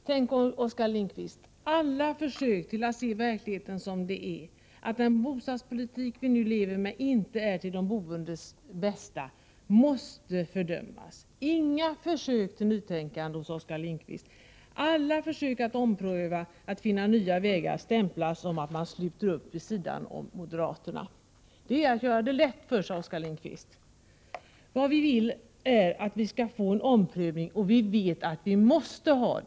Fru talman! Tänk om, Oskar Lindkvist! Alla försök att se verkligheten sådan den är — att den bostadspolitik vi nu lever med inte är till de boendes bästa — måste fördömas. Inga försök till nytänkande kan spåras hos Oskar Lindkvist. Alla försök att ompröva och att finna nya vägar stämplas som en uppslutning på moderaternas sida. Men det är att göra det hela lätt för sig, Oskar Lindkvist! Vad vi eftersträvar är en omprövning, och vi vet att en sådan måste ske.